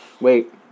Wait